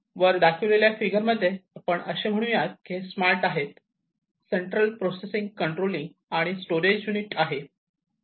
तर दाखविलेल्या फिगर मध्ये आपण असे म्हणू यात की हे स्मार्ट आहे हे सेंट्रल प्रोसेसिंग कंट्रोलिंग आणि स्टोरेज युनिट आहे